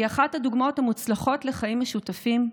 היא אחת הדוגמאות המוצלחות לחיים משותפים,